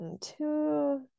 two